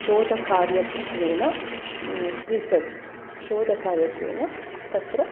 शोधकार्यत्वेन research शोधकार्यत्वेन तत्र